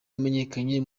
wamenyekanye